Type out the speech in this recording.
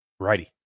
Righty